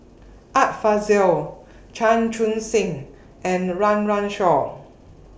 Art Fazil Chan Chun Sing and Run Run Shaw